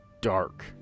dark